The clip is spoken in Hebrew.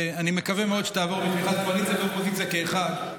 ואני מקווה מאוד שהיא תעבור בתמיכת הקואליציה והאופוזיציה כאחד.